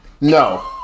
No